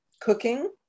Cooking